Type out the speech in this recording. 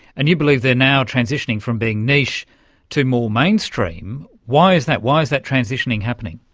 and you believe they're now transitioning from being niche to more mainstream. why is that, why is that transitioning happening?